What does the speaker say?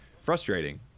frustrating